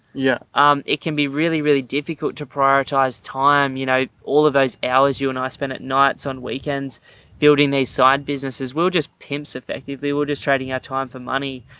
yeah um it can be really, really difficult to prioritize time. you know, all of those hours. you and i spent at nights on weekends building these side businesses will just pimps effectively. we'll just trading time um for money.